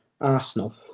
arsenal